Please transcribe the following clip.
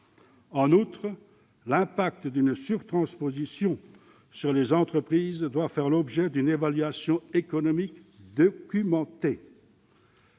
En outre, l'impact d'une surtransposition sur les entreprises doit faire l'objet d'une évaluation économique documentée.